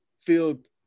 field